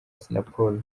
assinapol